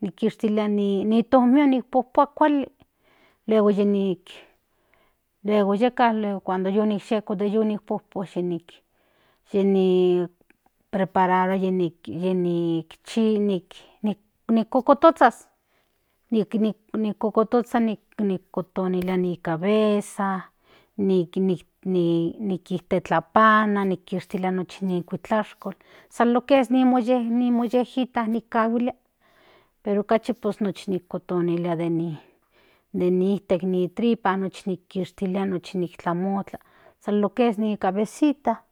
ni kishtilia ni pojpua kuali luego yi nik luego yeka cunado yu niyeko de yi no pojpu yi ni prepararua yi nik shiknik ni kototozas nikototoozas nishtilia ni cavesa nikintetlapana nikshtilia nochi ni kuitlashkol san lo que es ni mollejita nikahuia pero kachi pues nochi kinkonolia de ni ijtek ni tripa nochi kishtili nochi kitlamamoka san lo que nni cabesita